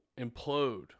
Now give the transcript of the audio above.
implode